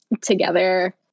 together